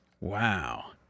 Wow